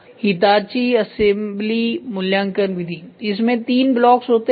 तो Hitachi assembly मूल्यांकन विधि इसमें तीन ब्लॉक्स होते हैं